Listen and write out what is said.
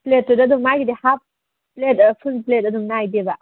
ꯄ꯭ꯂꯦꯠꯇꯨꯗ ꯑꯗꯨꯝ ꯃꯥꯒꯤꯗꯤ half plate full plate ꯑꯗꯨꯝ ꯅꯥꯏꯗꯦꯕ